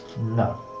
No